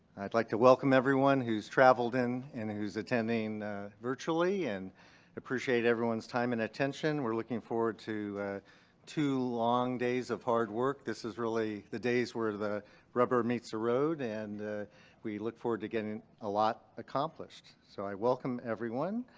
i'd like to welcome everyone who has traveled in and who is attending virtually and appreciate everyone's time and attention. we're looking forward to two long days of hard work. this is really the days where the rubber meets the road and we look forward to getting a lot accomplished. so welcome everyone.